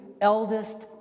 eldest